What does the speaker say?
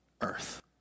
earth